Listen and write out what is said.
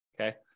okay